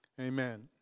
Amen